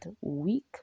week